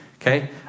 okay